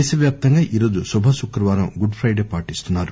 దేశ వ్యాప్తంగా ఈరోజు శుభ శుక్రవారం గుడ్ ప్రైడే పాటిస్తున్నారు